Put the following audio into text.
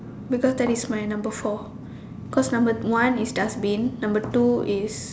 because that is my number four cause number one is dustbin number two is